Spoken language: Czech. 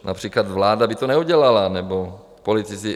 Například vláda by to neudělala nebo politici.